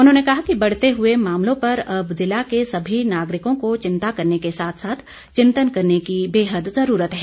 उन्होंने कहा कि बढ़ते हुए मामलों पर अब जिला के सभी नागरिकों को चिंता करने के साथ साथ चिंतन करने की बेहद जरूरत है